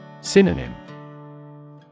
Synonym